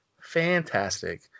Fantastic